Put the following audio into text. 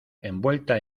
envuelta